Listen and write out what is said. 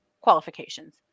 qualifications